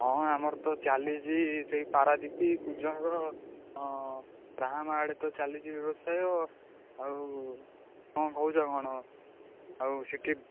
ହଁ ଆମର ତ ଚାଲିଛି ସେହି ପାରାଦ୍ୱୀପ କୁଜଙ୍ଗ ରାହାମା ଆଡ଼େ ତ ଚାଲିଛି ବ୍ୟବସାୟ ଆଉ କ'ଣ କହୁଛ କ'ଣ ଆଉ ସେଇଠି